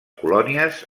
colònies